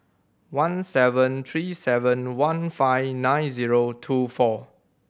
one seven three seven one five nine zero two four